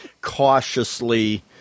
cautiously